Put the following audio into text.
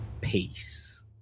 Peace